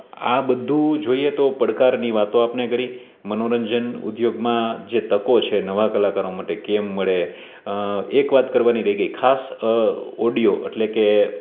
આ બધું જોઈએ તો પડકારની વાતો આપણે કરી મનોરંજન ઉદ્યોગમાં જે તકો છે નવા કલાકારો માટે કેમ મળે એક વાત કરવાની રહી ગઈ ખાસ ઓડિયો એટલે કે